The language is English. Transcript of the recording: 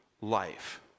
life